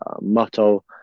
motto